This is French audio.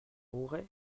auray